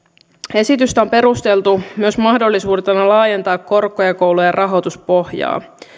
esitystä on perusteltu myös mahdollisuutena laajentaa korkeakoulujen rahoituspohjaa